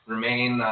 remain